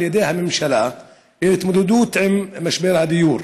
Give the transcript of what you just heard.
ידי הממשלה בהתמודדות עם משבר הדיור.